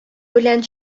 белән